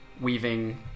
Weaving